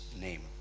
name